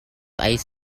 ice